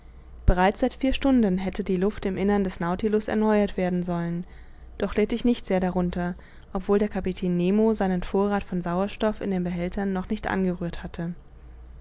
bereits seit vier stunden hätte die luft im innern des nautilus erneuert werden sollen doch litt ich nicht sehr darunter obwohl der kapitän nemo seinen vorrath von sauerstoff in den behältern noch nicht angerührt hatte